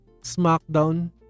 smackdown